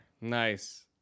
Nice